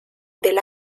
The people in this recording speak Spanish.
del